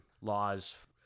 laws